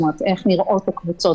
כלומר איך נראות הקבוצות.